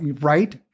right